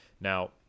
Now